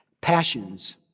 Passions